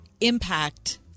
impact